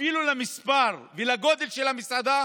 אפילו במספר ובגודל של המסעדה